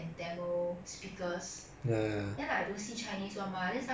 saying they trying to find for those uh codeswitching chinese english people